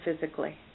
physically